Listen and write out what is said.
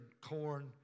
corn